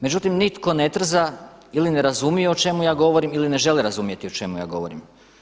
Međutim nitko ne trza ili ne razumijem o čemu ja govorim ili ne žele razumjeti o čemu ja govorim.